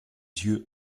yeux